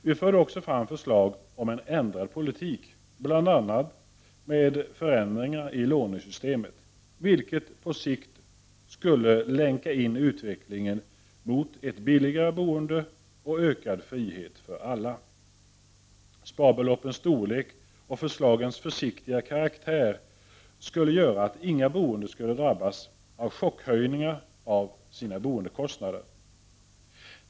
Vi förde också fram förslag om en ändrad politik, bl.a. med förändringar i lånesystemet, vilket på sikt skulle länka in utvecklingen mot ett billigare boende och en ökad frihet för alla. Sparbeloppens storlek och förslagens försiktiga karaktär skulle göra att inga boende skulle drabbas av chockhöjningar av boendekostnaderna.